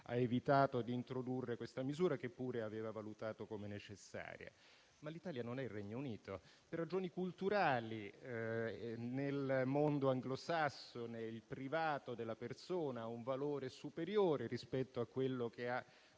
ha evitato di introdurre questa misura, che pure aveva valutato come necessaria, ma l'Italia non è il Regno Unito. Per ragioni culturali nel mondo anglosassone il privato della persona ha un valore superiore rispetto a quello che ha